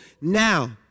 now